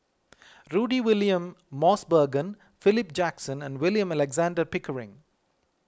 Rudy William Mosbergen Philip Jackson and William Alexander Pickering